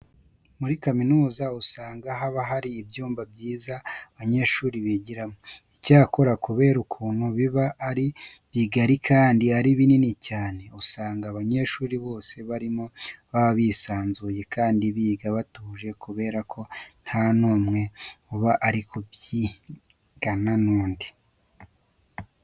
Muri kaminuza usanga haba hari ibyumba byiza abanyeshuri bigiramo. Icyakora kubera ukuntu biba ari bigari kandi ari binini cyane, usanga abanyeshuri bose babirimo baba bisanzuye kandi biga batuje kubera ko nta n'umwe uba ari kubyigana n'undi.